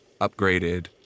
upgraded